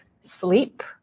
sleep